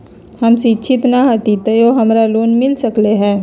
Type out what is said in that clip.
हम शिक्षित न हाति तयो हमरा लोन मिल सकलई ह?